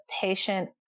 patient